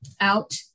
out